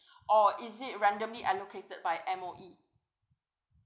or is it randomly allocated by M_O_E